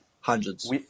hundreds